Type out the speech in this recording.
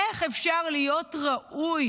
איך אפשר להיות ראוי